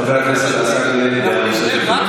חבר הכנסת עסאקלה, דעה נוספת, בבקשה.